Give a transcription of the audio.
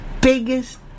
biggest